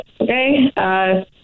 okay